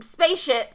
spaceship